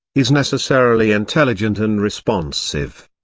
is necessarily intelligent and responsive.